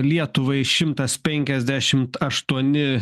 lietuvai šimtas penkiasdešimt aštuoni